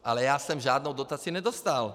Ale já jsem žádnou dotaci nedostal.